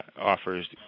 offers